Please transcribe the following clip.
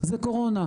זה קורונה,